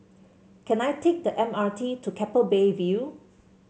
can I take the M R T to Keppel Bay View